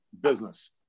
business